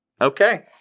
Okay